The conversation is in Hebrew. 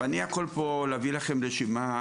אני יכול פה להביא לכם רשימה.